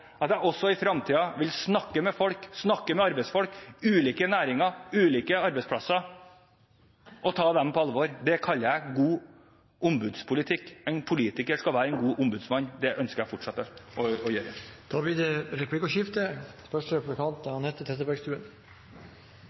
at jeg også i fremtiden vil snakke med folk, snakke med arbeidsfolk, ulike næringer, ulike arbeidsplasser og ta dem på alvor. Det kaller jeg god ombudspolitikk. En politiker skal være en god ombudsmann. Det ønsker jeg å fortsette å være. Det blir replikkordskifte.